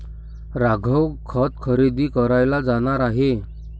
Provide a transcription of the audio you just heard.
राघव खत खरेदी करायला जाणार आहे